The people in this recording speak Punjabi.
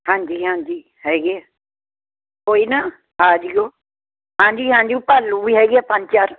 ਹਾਂਜੀ ਹਾਂਜੀ ਹੈਗੇ ਐ ਕੋਈ ਨਾ ਆਜਿਓ ਹਾਂਜੀ ਹਾਂਜੀ ਭਾਲੂ ਵੀ ਹੈਗੇ ਐ ਪੰਜ ਚਾਰ